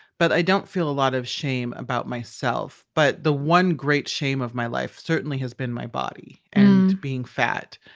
but i don't feel a lot of shame about myself. but the one great shame of my life certainly has been my body and being fat.